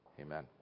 Amen